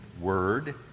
word